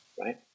right